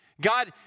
God